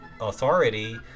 authority